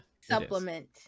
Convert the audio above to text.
supplement